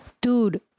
dude